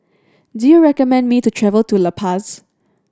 do you recommend me to travel to La Paz